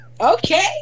okay